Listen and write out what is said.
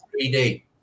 3D